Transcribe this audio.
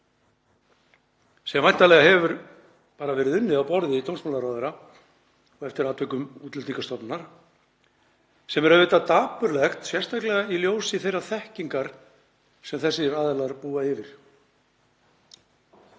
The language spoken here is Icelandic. sem væntanlega hefur verið unnið á borði dómsmálaráðherra og eftir atvikum Útlendingastofnunar, sem er auðvitað dapurlegt, sérstaklega í ljósi þeirrar þekkingar sem þessir aðilar búa yfir.